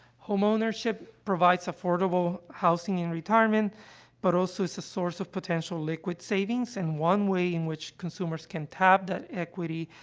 homeownership provides affordable housing and retirement but also is a source of potential liquid savings, and one way in which consumers can tap that equity,